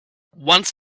once